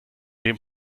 dem